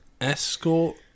escort